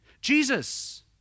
Jesus